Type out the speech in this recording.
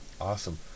Awesome